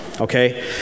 okay